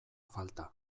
falta